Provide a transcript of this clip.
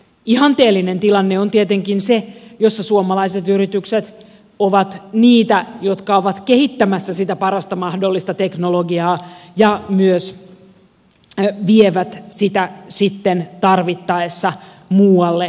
ihanteellinen tilanne on tietenkin se jossa suomalaiset yritykset ovat niitä jotka ovat kehittämässä sitä parasta mahdollista teknologiaa ja myös vievät sitä sitten tarvittaessa muualle maailmaan